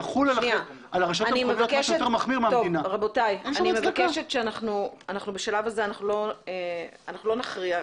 אני מבקשת שבשלב זה לא נכריע.